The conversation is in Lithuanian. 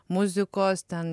muzikos ten